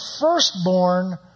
firstborn